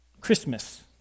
Christmas